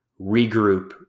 regroup